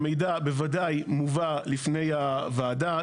המידע בוודאי מובא בפני הוועדה.